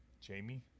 Jamie